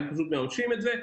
הם פשוט מממשים את זה,